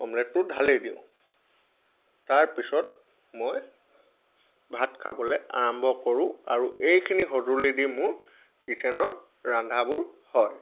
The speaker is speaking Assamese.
অমলেটটো ঢালি দিওঁ তাৰপিছত মই ভাত খাবলৈ আৰম্ভ কৰোঁ আৰু এইখিনি সঁজুলি দি মোৰ কিট্চ্ছেনৰ ৰন্ধাবোৰ হয়